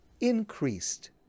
increased